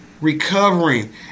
Recovering